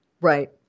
Right